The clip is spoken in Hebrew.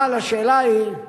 אבל השאלה היא,